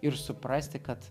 ir suprasti kad